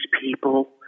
people